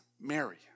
Mary